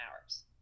hours